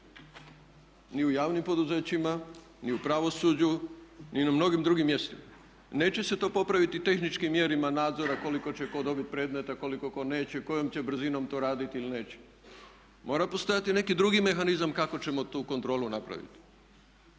ni u javnim poduzećima ni u pravosuđu ni na mnogim drugim mjestima. Neće se to popraviti tehničkim mjerama nadzora koliko će tko dobiti predmeta, koliko tko neće, kojom će brzinom to raditi ili neće. Mora postojati neki drugi mehanizam kako ćemo tu kontrolu napraviti.